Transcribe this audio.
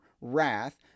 wrath